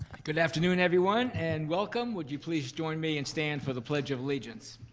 good afternoon, everyone, and welcome. would you please join me and stand for the pledge of allegiance.